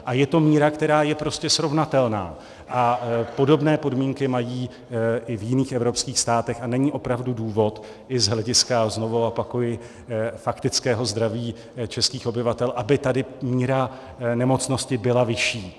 A je to míra, která je prostě srovnatelná, a podobné podmínky mají i v jiných evropských státech a není opravdu důvod, i z hlediska, znova opakuji, faktického zdraví českých obyvatel, aby tady míra nemocnosti byla vyšší.